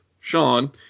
Sean